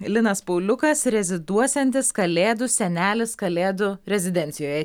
linas pauliukas reziduosiantis kalėdų senelis kalėdų rezidencijoje